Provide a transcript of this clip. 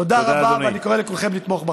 תודה רבה, ואני קורא לכולכם לתמוך בחוק.